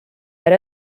ara